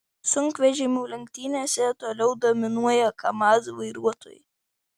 sunkvežimių lenktynėse toliau dominuoja kamaz vairuotojai